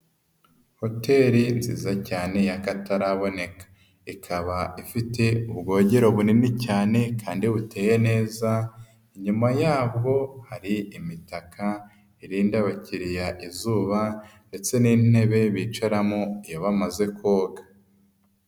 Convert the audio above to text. Hoteli nziza cyane y'akataraboneka, ikaba ifite ubwogero bunini cyane kandi buteye neza, inyuma yabwo hari imitaka irinda abakiriya izuba ndetse n'intebe bicaramo iyo bamaze koga.